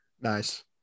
Nice